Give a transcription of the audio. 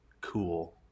cool